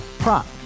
Prop